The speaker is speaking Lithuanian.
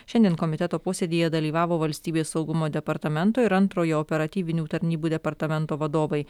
šiandien komiteto posėdyje dalyvavo valstybės saugumo departamento ir antrojo operatyvinių tarnybų departamento vadovai